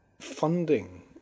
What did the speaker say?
funding